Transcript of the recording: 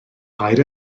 paid